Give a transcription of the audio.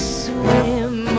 swim